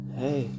hey